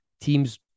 teams